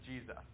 Jesus